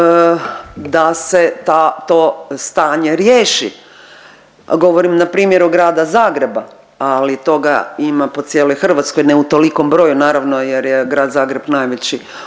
da se ta, to stanje riješi. Govorim na primjeru grada Zagreba ali toga ima po cijeloj Hrvatskoj, ne u tolikom broju naravno jer je grad Zagreb najveći